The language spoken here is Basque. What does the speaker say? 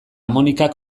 monikak